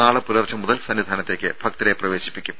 നാളെ പുലർച്ചെ മുതൽ സന്നിധാനത്തേക്ക് ഭക്തരെ പ്രവേശിപ്പിക്കും